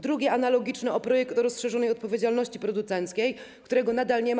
Drugie, analogiczne pytanie: o projekt rozszerzonej odpowiedzialności producenckiej, którego nadal nie ma.